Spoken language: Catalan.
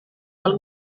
del